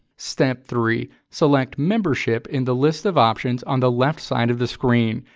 step three. select membership in the list of options on the left side of the screen.